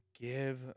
give